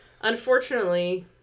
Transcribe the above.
Unfortunately